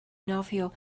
nofio